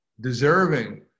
deserving